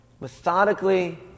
methodically